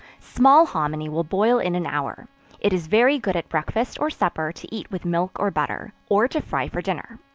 small hominy will boil in an hour it is very good at breakfast or supper to eat with milk or butter, or to fry for dinner.